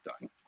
done